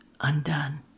undone